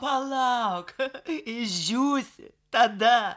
palauk išdžiūvusi tada